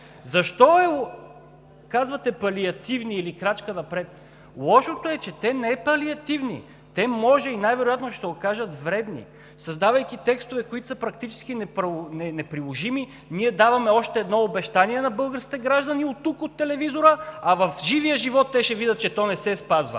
Казвате „палиативни“ или „крачка напред“. Лошото е, че те не са палиативни, те може и най-вероятно ще се окажат вредни. Създавайки текстове, които са практически неприложими, ние даваме още едно обещание на българските граждани оттук, от телевизора, а в живия живот те ще видят, че то не се спазва.